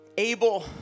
Abel